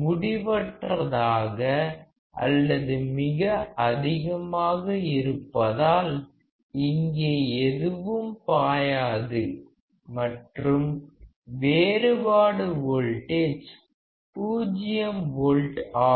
முடிவற்றதாக அல்லது மிக அதிகமாக இருப்பதால் இங்கே எதுவும் பாயாது மற்றும் வேறுபாடு வோல்டேஜ் பூஜ்யம் வோல்ட் ஆகும்